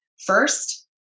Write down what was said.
first